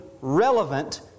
relevant